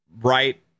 right